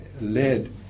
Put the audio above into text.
led